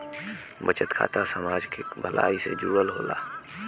बचत खाता समाज के भलाई से जुड़ल होला